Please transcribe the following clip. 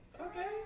Okay